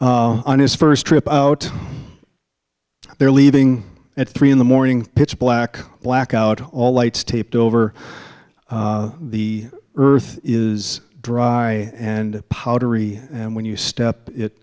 on his first trip out there leaving at three in the morning pitch black black out all lights taped over the earth is dry and powdery and when you step it